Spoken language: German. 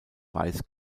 weiß